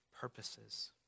purposes